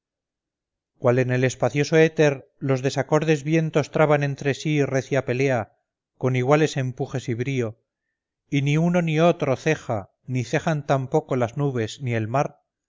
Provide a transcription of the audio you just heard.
cual en el espacioso éter los desacordes vientos traban entre sí recia pelea con iguales empujes y brío y ni uno ni otro ceja ni cejan tampoco las nubes ni el mar